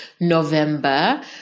November